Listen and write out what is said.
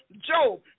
Job